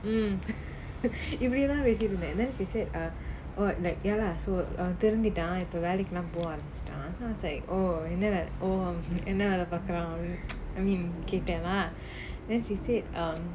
mm இப்பிடி தான் பேசிட்டு இருந்தான்:ipidi thaan pesittu irunthaan and then she said err oh like ya lah so err அவன் திரிந்திட்டான் இப்போ வேலைக்கு எல்லாம் போ ஆரம்பிச்சிட்டேன்:avan thirunthitaan ippo vellaikki ellaam po arambichitaan then I was like oh and then like oh என்ன வேலை என்ன வேலை பாக்குறான் அப்பிடின்னு:enna velai enna velai paakkuraan apidinu I mean கேட்டேன்:ketten then she said err